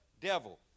devil